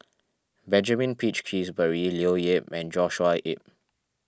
Benjamin Peach Keasberry Leo Yip and Joshua Ip